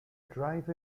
drive